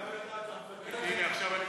צרפתית.